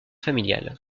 familiale